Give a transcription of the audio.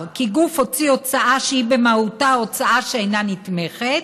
כי גוף הוציא הוצאה שהיא במהותה הוצאה שאינה נתמכת,